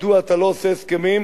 מדוע אתה לא עושה הסכמים,